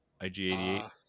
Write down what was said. ig88